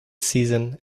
season